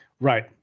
Right